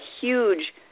huge